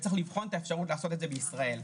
צריך לבחון את האפשרות לעשות את זה בישראל.